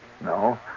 No